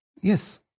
Yes